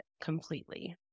completely